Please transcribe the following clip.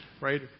right